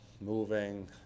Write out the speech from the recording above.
moving